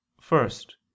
First